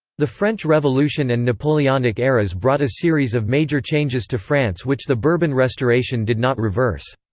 the french revolution and napoleonic eras brought a series of major changes to france which the bourbon restoration did not reverse.